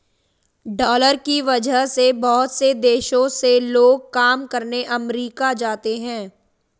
dollar की वजह से बहुत से देशों से लोग काम करने अमरीका जाते हैं